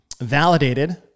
validated